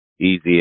easy